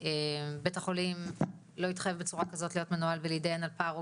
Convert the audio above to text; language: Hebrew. ובית החולים לא יתייחס בצורה כזאת להיות מנוהל ולהתדיין על פער או